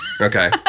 Okay